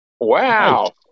Wow